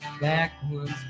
backwoods